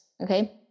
okay